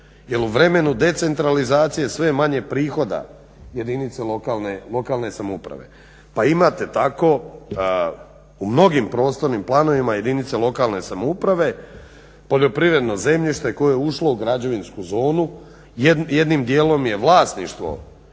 Jer u vremenu decentralizacije sve je manje prihoda jedinice lokalne samouprave. Pa imate tako u mnogim prostornim planovima jedinice lokalne samouprave, poljoprivredno zemljište koje je ušlo u građevinsku zonu, jednim dijelom je vlasništvo